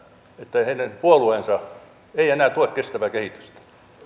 heidän puolueensa ei enää tue kestävää kehitystä